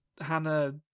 Hannah